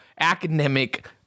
academic